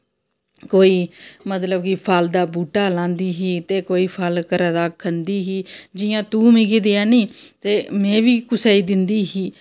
कोई मतलब कि फल्ल दा बूह्टा लांदी ही ते कोई फल्ल घरै दा खंदी ही जि'यां तूं मिगी देआनी ते में बी कुसै गी दिन्नी ही